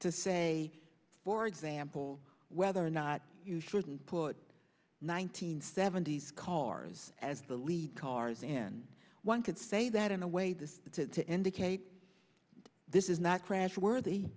to say for example whether or not you shouldn't put nineteen seventies cars as the lead cars in one could say that in a way this to indicate this is not crash worthy